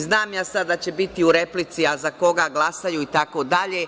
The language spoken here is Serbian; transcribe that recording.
Znam ja sad da će biti u replici – a za koga glasaju itd.